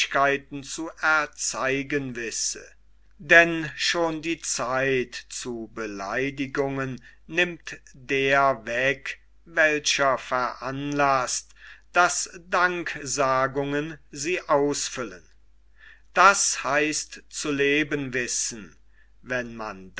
zu erzeigen wisse denn schon die zeit zu beleidigungen nimmt der weg welcher veranlaßt daß danksagungen sie ausfüllen das heißt zu leben wissen wenn man